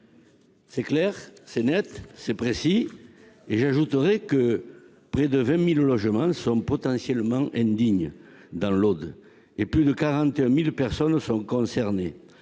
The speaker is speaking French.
C'est clair, c'est net, c'est précis. J'ajouterai que près de 20 000 logements sont potentiellement indignes dans l'Aude, plus de 41 000 personnes étant concernées.